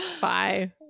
Bye